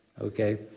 okay